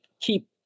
keep